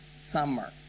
Summer